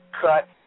cut